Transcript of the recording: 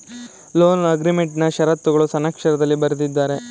loan ಅಗ್ರೀಮೆಂಟ್ನಾ ಶರತ್ತುಗಳು ಸಣ್ಣಕ್ಷರದಲ್ಲಿ ಬರೆದಿದ್ದಾರೆ